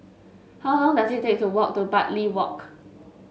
how long does it take to walk to Bartley Walk